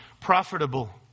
profitable